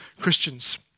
Christians